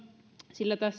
sillä